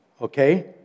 Okay